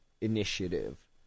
initiative